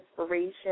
inspiration